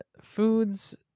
foods